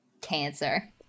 cancer